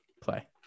play